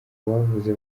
bavuze